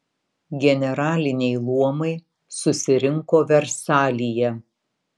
generaliniai luomai susirinko versalyje